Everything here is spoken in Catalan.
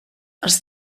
els